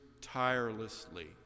tirelessly